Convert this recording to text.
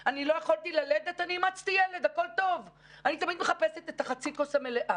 הם לא מצליחים לגייס ישראלים שיעשו את זה אז הם שוכרים מהגרי עבודה.